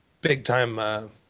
big-time